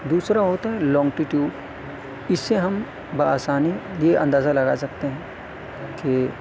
دوسرا ہوتا ہے لانگٹٹیوڈ اس سے ہم بآسانی یہ اندازہ لگا سکتے ہیں کہ